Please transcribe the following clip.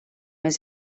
més